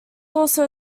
also